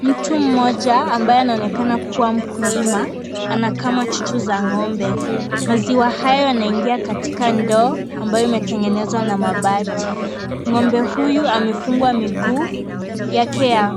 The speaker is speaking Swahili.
Mtu mmoja ambaye anaonekana kuwa mkulima anakama chuchu za ng'ombe. Maziwa hayo yanaingia katika ndoo ambayo imetengenezwa na mabati. Ng'ombe huyu amefungwa miguu yake ya